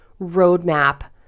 roadmap